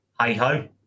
hey-ho